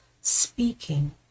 speaking